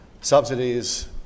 subsidies